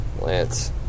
Lance